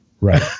Right